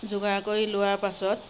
যোগাৰ কৰি লোৱাৰ পাছত